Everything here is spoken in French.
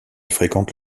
fréquente